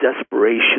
desperation